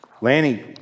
Lanny